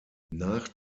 nach